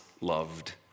loved